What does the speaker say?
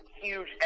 huge